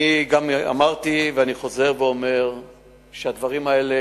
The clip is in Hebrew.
אני אמרתי ואני חוזר ואומר שהדברים האלה